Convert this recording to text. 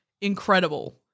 incredible